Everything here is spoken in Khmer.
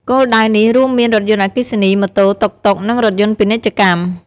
គោលដៅនេះរួមមានរថយន្តអគ្គិសនី ម៉ូតូ តុកតុក និងរថយន្តពាណិជ្ជកម្ម។